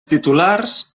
titulars